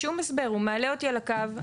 הוא מעלה אותי על הקו.